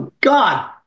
God